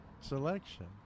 selection